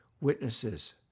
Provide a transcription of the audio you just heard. witnesses